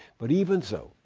but even so,